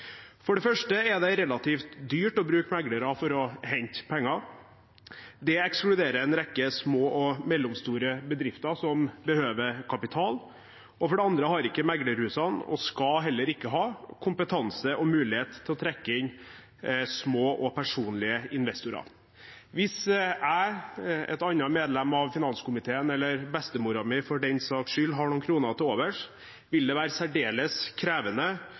For det første er det relativt dyrt å bruke meglere for å hente penger. Det ekskluderer en rekke små og mellomstore bedrifter som behøver kapital. Og for det andre har ikke meglerhusene – og skal heller ikke ha – kompetanse og mulighet til å trekke inn små og personlige investorer. Hvis jeg, et annet medlem av finanskomiteen eller bestemora mi for den saks skyld har noen kroner til overs, ville det være særdeles krevende,